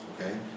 Okay